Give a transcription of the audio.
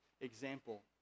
example